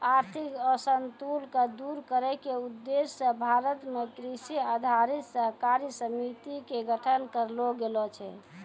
आर्थिक असंतुल क दूर करै के उद्देश्य स भारत मॅ कृषि आधारित सहकारी समिति के गठन करलो गेलो छै